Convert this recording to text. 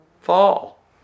Fall